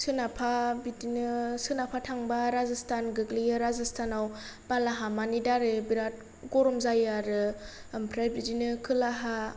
सोनाबहा बिदिनो सोनाबहा थांबा राजस्तान गोग्लैयो राजस्तान आव बालाहामानि दारै बिराथ गरम जायो आरो ओमफ्राय बिदिनो खोलाहा